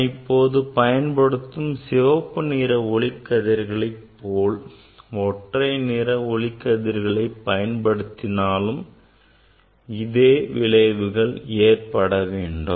நான் இப்போது பயன்படுத்தும் சிவப்பு நிற ஒளிக்கதிர்களை போல் ஒற்றை நிற ஒளிக்கதிர்களை பயன்படுத்தினாலும் விளைவுகள் ஏற்பட வேண்டும்